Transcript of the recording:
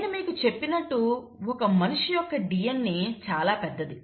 నేను మీకు చెప్పినట్టు ఒక మనిషి యొక్క DNA చాలా పెద్దది